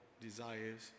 desires